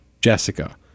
Jessica